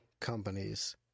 companies